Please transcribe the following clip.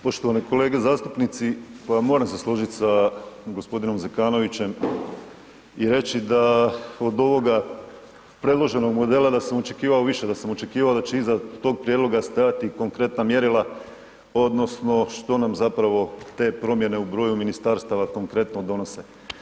Poštovani kolege zastupnici, pa moram se složiti s g. Zekanovićem i reći da od ovoga predloženog modela, da sam očekivao više, da sam očekivao da će iza tog prijedloga stajati konkretna mjerila, odnosno što nam zapravo te promjene u broju ministarstava konkretno donose.